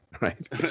right